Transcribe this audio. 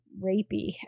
rapey